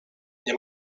nie